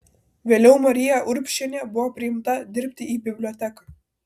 vėliau marija urbšienė buvo priimta dirbti į biblioteką